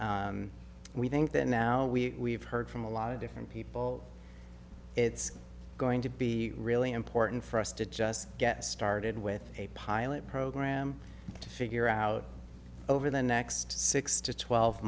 we think that now we have heard from a lot of different people it's going to be really important for us to just get started with a pilot program to figure out over the next six to twelve